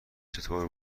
چطور